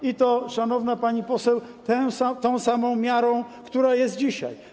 I to, szanowna pani poseł, tą samą miarą, która jest dzisiaj.